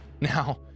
Now